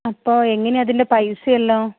അപ്പോൾ എങ്ങനെയാണ് അതിൻ്റെ പൈസ എല്ലാം